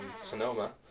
Sonoma